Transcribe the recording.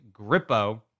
Grippo